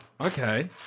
Okay